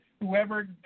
whoever